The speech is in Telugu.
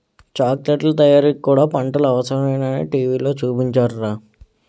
చాకిలెట్లు తయారీకి కూడా పంటలు అవసరమేనని టీ.వి లో చూపించారురా